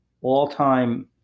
all-time